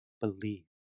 believe